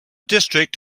district